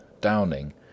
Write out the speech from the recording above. Downing